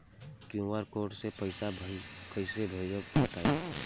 QR code से पईसा कईसे भेजब बताई?